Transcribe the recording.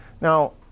Now